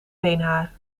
beenhaar